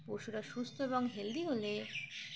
পশুরা সুস্থ এবং হেলদি হলে